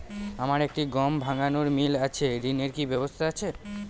আমার একটি গম ভাঙানোর মিল আছে ঋণের কি ব্যবস্থা আছে?